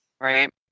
Right